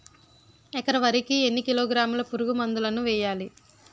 ఎకర వరి కి ఎన్ని కిలోగ్రాముల పురుగు మందులను వేయాలి?